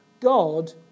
God